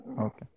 Okay